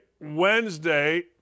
Wednesday